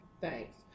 Thanks